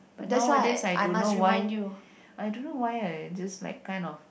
but nowadays I don't know why I don't know why I just like kind of